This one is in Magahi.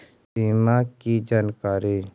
सिमा कि जानकारी?